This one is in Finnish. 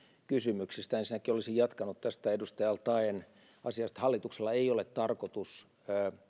kysymyksistä ensinnäkin olisin jatkanut tästä asiasta hallituksen ei ole tarkoitus